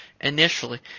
initially